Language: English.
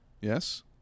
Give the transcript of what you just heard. Yes